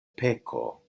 peko